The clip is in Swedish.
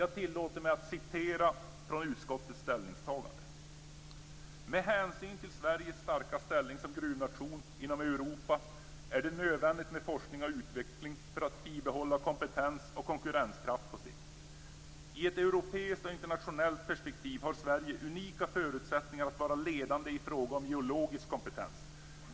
Jag tillåter mig att citera från utskottets ställningstagande: "Med hänsyn till Sveriges starka ställning som gruvnation inom Europa är det nödvändigt med forskning och utveckling för att bibehålla kompetens och konkurrenskraft på sikt. I ett europeiskt och internationellt perspektiv har Sverige unika förutsättningar att vara ledande i fråga om geologisk kompetens.